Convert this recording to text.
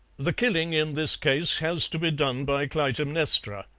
the killing in this case has to be done by clytemnestra.